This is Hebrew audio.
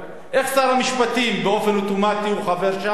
איך שר המשפטים באופן אוטומטי הוא חבר שם,